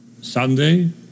Sunday